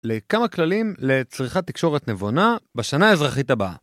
כמה כללים לצריכת תקשורת נבונה בשנה האזרחית הבאה.